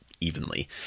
evenly